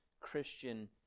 Christian